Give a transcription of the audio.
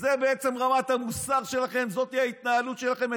זאת בעצם רמת המוסר שלכם, זאת ההתנהלות שלכם.